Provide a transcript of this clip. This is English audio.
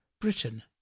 Britain